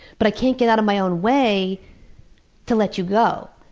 but i can't get out of my own way to let you go.